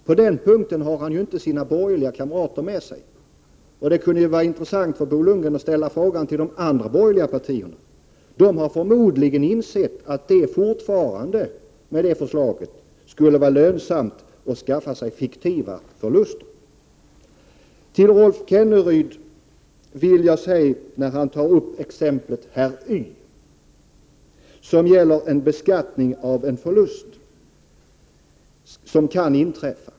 På den punkten har han inte sina borgerliga kamrater med sig, och det kunde ju vara intressant för Bo Lundgren att ställa frågan till de andra borgerliga partierna. De har förmodligen insett att om förslaget genomfördes skulle det fortfarande vara lönsamt att skaffa sig fiktiva förluster. Rolf Kenneryd tog exemplet med herr Y, som gäller beskattning av en förlust som kan uppstå.